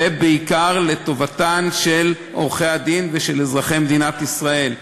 ובעיקר לטובתם של עורכי-הדין ושל אזרחי מדינת ישראל.